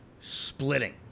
splitting